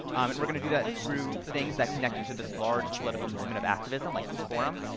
and we're gonna do that through things that connect you to this large political moment of activism like this forum.